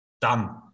done